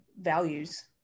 values